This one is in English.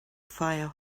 fire